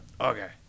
Okay